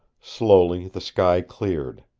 slowly the sky cleared.